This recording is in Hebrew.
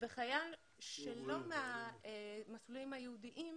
וחייל שהוא לא מהמסלולים הייעודיים